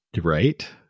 right